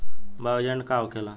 Bio agent का होखेला?